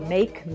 Make